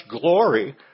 glory